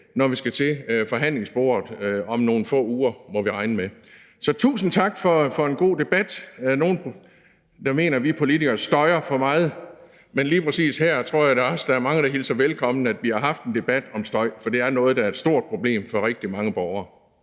når vi skal til forhandlingsbordet om nogle få uger, må vi regne med. Så tusind tak for en god debat. Der er nogle, der mener, at vi politikere støjer for meget, men lige præcis her tror jeg da også at der er mange, der hilser velkommen, at vi har haft en debat om støj, for det er noget, der er et stort problem for rigtig mange borgere.